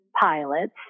pilots